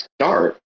start